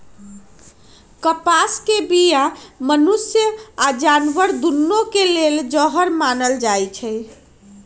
कपास के बीया मनुष्य आऽ जानवर दुन्नों के लेल जहर मानल जाई छै